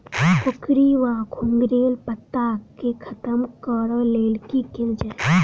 कोकरी वा घुंघरैल पत्ता केँ खत्म कऽर लेल की कैल जाय?